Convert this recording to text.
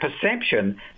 perception